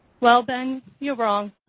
well ben, you're wrong.